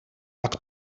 tak